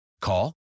call